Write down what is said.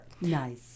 Nice